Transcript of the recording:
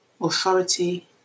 authority